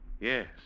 yes